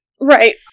right